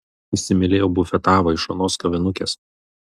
įsimylėjau bufetavą iš anos kavinukės